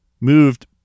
moved